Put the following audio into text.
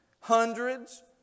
hundreds